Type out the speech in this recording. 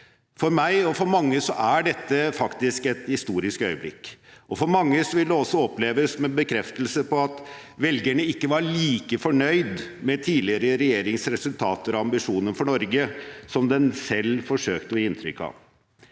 For meg og for mange er dette et historisk øyeblikk. For mange vil det også oppleves som en bekreftelse på at velgerne ikke var like fornøyd med den tidligere regjeringens resultater og ambisjoner for Norge, som den selv forsøkte å gi inntrykk av.